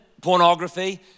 pornography